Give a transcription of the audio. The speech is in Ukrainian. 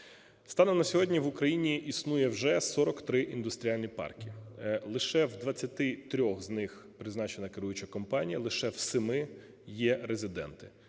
Станом на сьогодні в Україні існує вже 43 індустріальні парки. Лише в 23 з них призначена керуюча компанія, лише в 7 є резиденти.